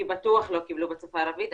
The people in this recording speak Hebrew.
כי בטוח לא קיבלו בשפה הערבית,